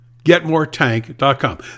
getmoretank.com